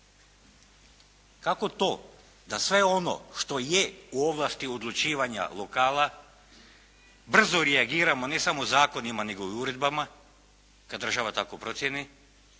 Kako to da sve ono što je u ovlasti odlučivanja lokala brzo reagiramo ne samo zakonima nego i uredbama kada država tako procijeni,